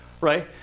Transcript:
right